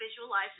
visualize